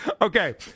Okay